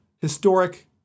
Historic